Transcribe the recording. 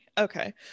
okay